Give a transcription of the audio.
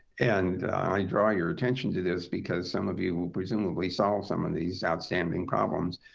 and i draw your attention to this because some of you will presumably solve some of these outstanding problems.